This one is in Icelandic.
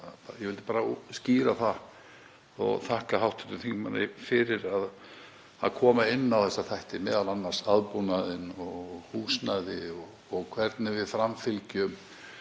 ég vildi bara skýra það og þakka hv. þingmanni fyrir að koma inn á þessa þætti, m.a. aðbúnaðinn og húsnæðið og hvernig við framfylgjum